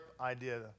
idea